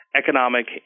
economic